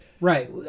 right